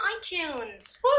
iTunes